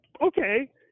okay